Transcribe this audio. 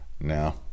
now